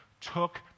took